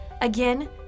Again